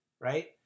right